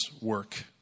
work